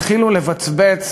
התחילו לבצבץ